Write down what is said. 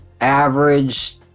average